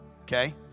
okay